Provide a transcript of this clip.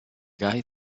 guy